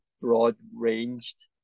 broad-ranged